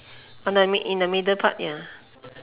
on the mid in the middle part ya